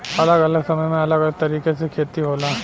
अलग अलग समय में अलग तरीके से खेती होला